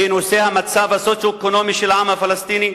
בנושא המצב הסוציו-אקונומי של העם הפלסטיני,